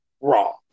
Raw